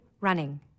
running